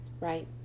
Right